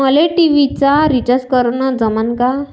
मले टी.व्ही चा रिचार्ज करन जमन का?